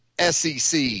SEC